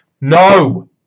no